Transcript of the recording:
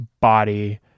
body